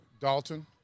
Dalton